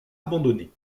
abandonné